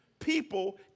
people